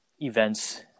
events